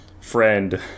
friend